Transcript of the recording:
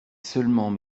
seulement